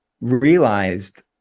realized